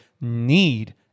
need